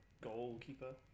goalkeeper